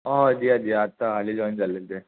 हय दिय दिया आतां हालीं जॉयन जाल्लेलें तें